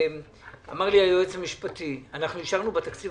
אמר לי היועץ המשפטי, אנחנו אישרנו בתקציב